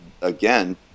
again